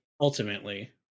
Ultimately